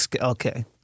okay